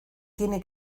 tiene